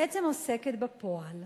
בעצם עוסקת בפועל,